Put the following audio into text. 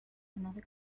another